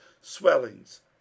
swellings